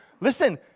listen